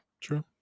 true